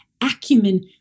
acumen